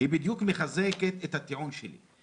בדיוק מחזקת את הטיעון שלי.